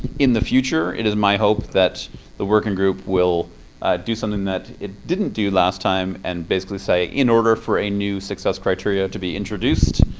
in the future, it is my hope that the working group will do something that it didn't do last time, and basically say in order for a new success criterion to be introduced,